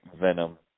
venom